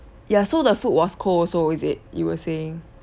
ya so the food was cold also is it you were saying